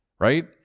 Right